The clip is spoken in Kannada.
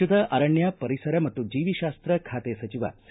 ರಾಜ್ಯದ ಅರಣ್ಯ ಪರಿಸರ ಮತ್ತು ಜೀವಿಶಾಸ್ತ ಖಾತೆ ಸಚಿವ ಸಿ